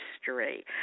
history